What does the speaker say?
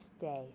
day